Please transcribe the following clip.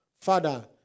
Father